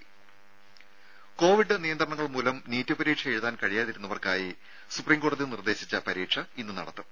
രുഭ കോവിഡ് നിയന്ത്രങ്ങൾ മൂലം നീറ്റ് പരീക്ഷ എഴുതാൻ കഴിയാതിരുന്നവർക്കായി സുപ്രീം കോടതി നിർദേശിച്ച പരീക്ഷ ഇന്ന് നടക്കും